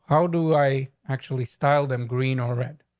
how do i actually style them? green or red.